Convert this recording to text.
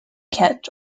ket